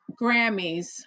Grammys